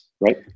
right